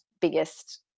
biggest